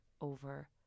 over